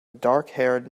darkhaired